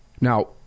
Now